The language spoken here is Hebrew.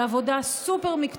על עבודה סופר-מקצועית,